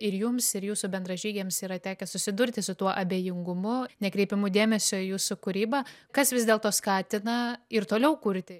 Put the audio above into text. ir jums ir jūsų bendražygiams yra tekę susidurti su tuo abejingumu nekreipimu dėmesio į jūsų kūrybą kas vis dėlto skatina ir toliau kurti